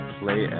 play